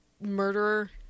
murderer